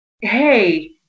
Hey